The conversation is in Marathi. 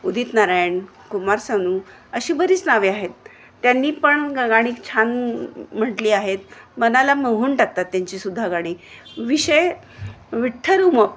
उदित नारायण कुमार सानू अशी बरीच नावे आहेत त्यांनी पण गाणी छान म्हटली आहेत मनाला मोहून टाकतात त्यांचीसुद्धा गाणी विषय विठ्ठल उमप